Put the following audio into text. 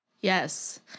Yes